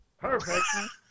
perfect